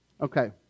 okay